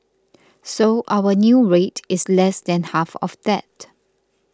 so our new rate is less than half of that